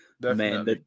man